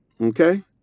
Okay